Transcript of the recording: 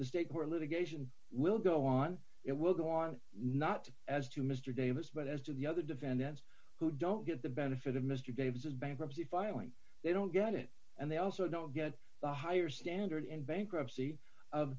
the state court litigation will go on it will go on not as to mr davis but as to the other defendants who don't get the benefit of mr davis bankruptcy filing they don't get it and they also don't get the higher standard in bankruptcy of